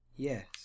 Yes